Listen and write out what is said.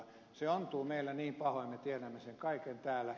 se ontuu meillä pahoin me tiedämme sen kaiken täällä